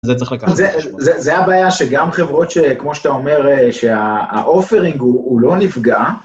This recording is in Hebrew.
זה הבעיה שגם חברות שכמו שאתה אומר שהאופרינג הוא לא נפגע.